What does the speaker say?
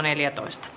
asia